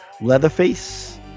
Leatherface